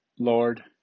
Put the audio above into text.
Lord